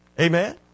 Amen